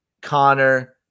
connor